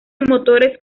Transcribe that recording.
motores